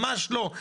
ממש לא.